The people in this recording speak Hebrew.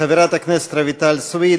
חברת הכנסת רויטל סויד.